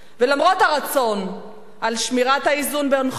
ולמרות הרצון לשמור על האיזון בין חופש